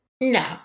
No